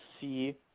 see